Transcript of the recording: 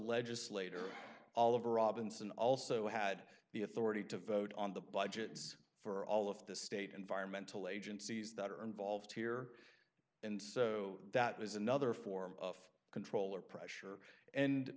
legislator all of a robinson also had the authority to vote on the budgets for all of the state environmental agencies that are involved here and so that is another form of control or pressure and